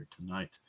tonight